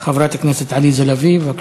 חברת הכנסת עליזה לביא, בבקשה.